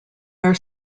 are